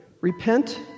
Repent